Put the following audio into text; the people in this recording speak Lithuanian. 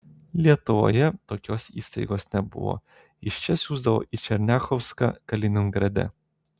lietuvoje tokios įstaigos nebuvo iš čia siųsdavo į černiachovską kaliningrade